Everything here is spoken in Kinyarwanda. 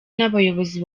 n’abayobozi